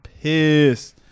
pissed